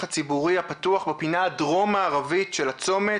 הציבורי הפתוח בפינה הדרום מערבית של הצומת